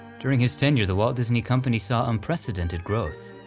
during his tenure the walt disney company saw unprecedented growth.